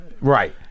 right